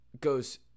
goes